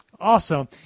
Awesome